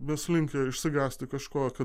mes linkę išsigąsti kažkokio